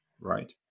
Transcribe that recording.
right